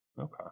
Okay